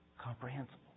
Comprehensible